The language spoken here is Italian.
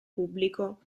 pubblico